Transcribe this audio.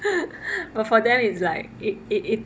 but for them it's like it it it